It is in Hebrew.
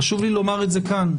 חשוב לי לומר את זה כאן,